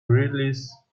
release